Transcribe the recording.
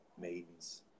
Maidens